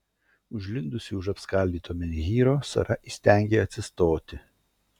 užlindusi už apskaldyto menhyro sara įstengė atsistoti